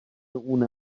اون